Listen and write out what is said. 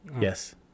Yes